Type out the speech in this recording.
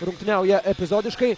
rungtyniauja epizodiškai